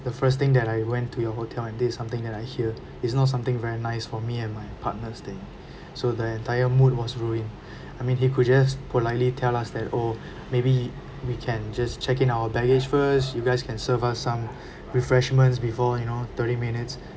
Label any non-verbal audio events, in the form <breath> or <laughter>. the first thing that I went to your hotel and this is something that I hear is not something very nice for me and my partner staying <breath> so the entire mood was ruined <breath> I mean he could just politely tell us that oh maybe we can just check in our baggage first you guys can serve us some <breath> refreshments before you know thirty minutes